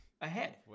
ahead